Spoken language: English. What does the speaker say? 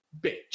bitch